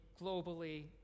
globally